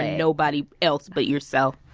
nobody else but yourself.